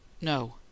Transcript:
No